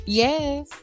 yes